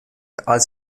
als